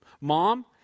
Mom